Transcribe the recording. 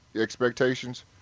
Expectations